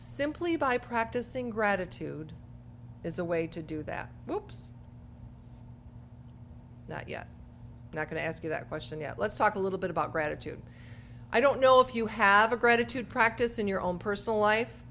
simply by practicing gratitude is a way to do that hoops not yet and i'm going to ask you that question yet let's talk a little bit about gratitude i don't know if you have a gratitude practice in your own personal life